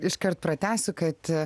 iškart pratęsiu kad